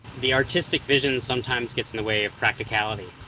the artistic vision sometimes gets in the way of practicality,